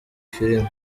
filimi